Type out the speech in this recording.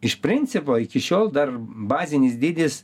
iš principo iki šiol dar bazinis dydis